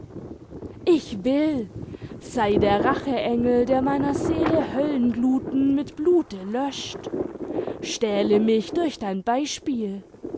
ich will sei der rache engel der meiner seele höllengluthen mit blute löscht stähle mich durch dein beispiel